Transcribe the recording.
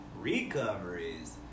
recoveries